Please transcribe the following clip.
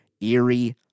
eerie